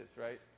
right